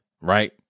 Right